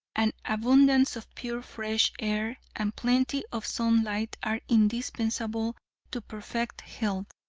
an abundance of pure fresh air and plenty of sunlight are indispensable to perfect health.